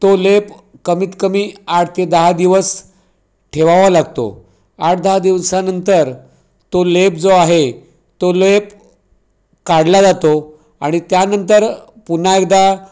तो लेप कमीत कमी आठ ते दहा दिवस ठेवावा लागतो आठदहा दिवसानंतर तो लेप जो आहे तो लेप काढला जातो आणि त्यानंतर पुन्हा एकदा